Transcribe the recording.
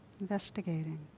Investigating